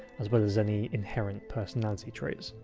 as well as any inherent personality traits.